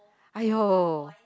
!aiyo!